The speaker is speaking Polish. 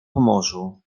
pomorzu